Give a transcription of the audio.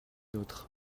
autres